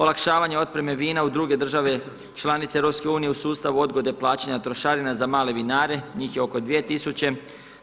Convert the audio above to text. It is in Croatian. Olakšavanje otpreme vina u druge države članice EU u sustavu odgode plaćanja trošarine za male vinare, njih je oko 2 tisuće.